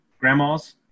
grandmas